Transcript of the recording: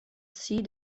see